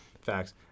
facts